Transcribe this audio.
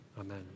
amen